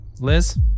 Liz